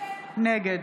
נגד